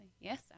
Yes